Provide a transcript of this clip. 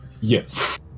Yes